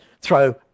throw